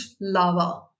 lava